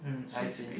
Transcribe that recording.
I_S_A